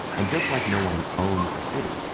and just like no one owns a city,